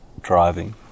driving